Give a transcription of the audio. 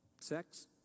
sex